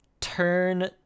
turn